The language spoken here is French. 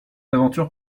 aventure